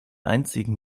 einzigen